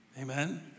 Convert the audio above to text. Amen